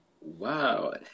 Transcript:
Wow